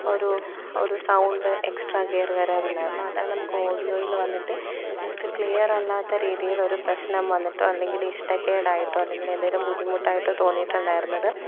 ഒരു ഒരു sound extra കയറി വരാറുണ്ടായിരുന്നു അതാണ് നമുക്ക് ഓഡിയോയിൽ വന്നിട്ട് ജസ്റ്റ് ക്ലിയറല്ലാത്ത രീതിയിലൊരു പ്രശ്നം വന്നിട്ടോ അല്ലെങ്കിലിഷ്ടക്കേടായിട്ടോ അല്ലെങ്കിലെന്തെങ്കിലും ബുദ്ധിമുട്ടായിട്ടോ തോന്നിയിട്ടുണ്ടായിരുന്നത്